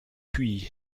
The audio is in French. puis